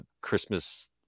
christmas